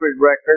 record